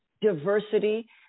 diversity